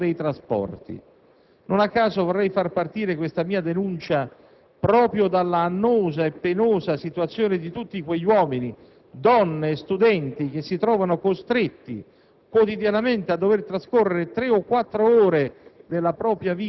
Molti di questi obiettivi sono proprio nell'ambito dei trasporti. Non a caso vorrei far partire questa mia denuncia proprio dall'annosa e penosa situazione di tutti quegli uomini, donne e studenti che si trovano costretti